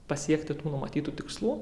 pasiekti tų numatytų tikslų